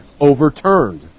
overturned